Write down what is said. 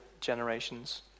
generations